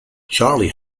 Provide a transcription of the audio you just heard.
charlie